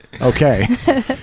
Okay